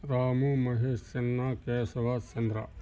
Ramu Mahesh Chenna Keshava Chandra